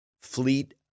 fleet